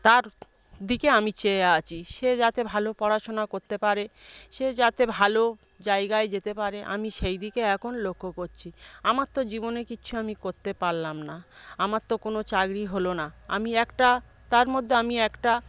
তার দিকে আমি চেয়ে আছি সে যাতে ভালো পড়াশুনা করতে পারে সে যাতে ভালো জায়গায় যেতে পারে আমি সেই দিকে এখন লক্ষ্য করছি আমার তো জীবনে কিছু আমি করতে পারলাম না আমার তো কোনো চাকরি হলো না আমি একটা তার মধ্যে আমি একটা